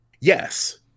yes